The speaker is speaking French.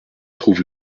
trouve